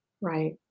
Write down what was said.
right